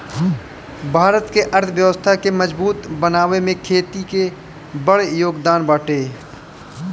भारत के अर्थव्यवस्था के मजबूत बनावे में खेती के बड़ जोगदान बाटे